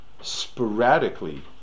sporadically